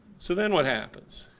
so then what happens?